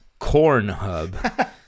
Cornhub